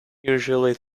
usually